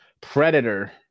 Predator